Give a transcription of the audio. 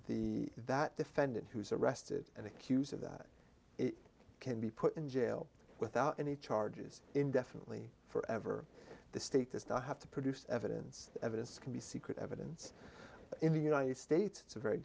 the that defendant who is arrested and accused of that can be put in jail without any charges indefinitely forever the state does not have to produce evidence evidence can be secret evidence in the united states it's a very